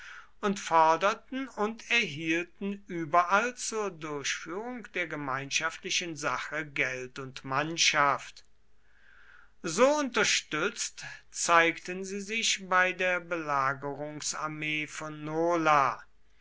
und forderten und erhielten überall zur durchführung der gemeinschaftlichen sache geld und mannschaft so unterstützt zeigten sie sich bei der belagerungsarmee von